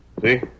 See